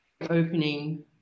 opening